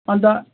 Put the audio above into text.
अन्त